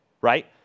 right